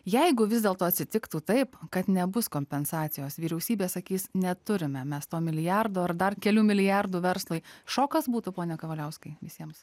jeigu vis dėlto atsitiktų taip kad nebus kompensacijos vyriausybė sakys neturime mes to milijardo ar dar kelių milijardų verslui šokas būtų pone kavaliauskai visiems